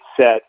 set